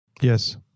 Yes